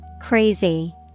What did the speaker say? Crazy